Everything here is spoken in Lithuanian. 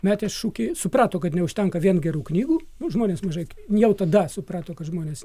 metęs šūkį suprato kad neužtenka vien gerų knygų nu žmonės mažai jau tada suprato kad žmonės